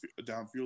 downfield